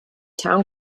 town